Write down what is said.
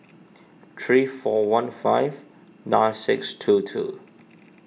three four one five nine six two two